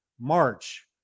March